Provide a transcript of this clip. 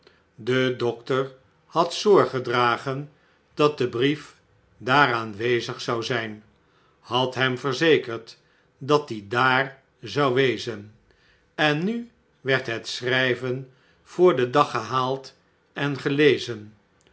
de dokter had zorg gedragen dat de brief daar aanwezig zou zp had hem verzekerd dat die dar zou wezen en nu werd het schrijven voor den dag gehaald en gelezen